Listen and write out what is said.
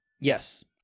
Yes